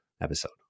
episode